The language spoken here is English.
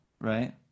right